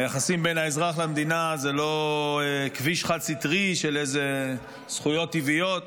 היחסים בין האזרח למדינה זה לא כביש חד-סטרי של זכויות טבעיות.